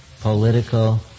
political